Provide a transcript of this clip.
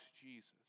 Jesus